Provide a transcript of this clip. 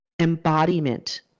embodiment